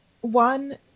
one